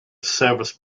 service